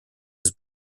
was